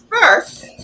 first